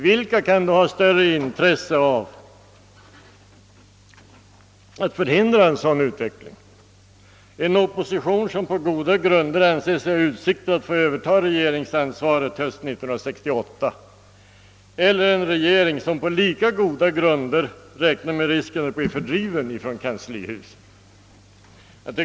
Vem kan då ha större intresse av att förhindra en sådan utveckling, en opposition som på goda grunder anser sig ha utsikter att få överta regeringsansvaret hösten 1968 eller en regering som på lika goda grunder räknar med risken att bli fördriven från kanslihuset då?